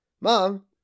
mom